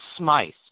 SMICE